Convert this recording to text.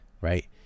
right